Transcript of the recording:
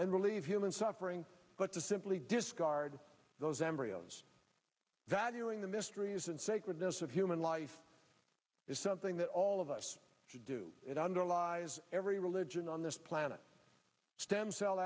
and relieve human suffering but to simply discard those embryos valuing the mysteries and sacredness of human life is something that all of us should do it underlies every religion on this planet stem cell